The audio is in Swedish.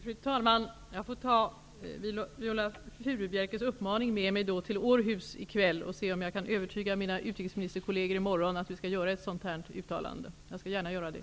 Fru talman! Jag får ta Viola Furubjelkes uppmaning med mig till Århus i kväll och se om jag kan övertyga mina utrikesministerkolleger i morgon om att vi skall göra ett uttalande av detta slag. Jag skall gärna göra det.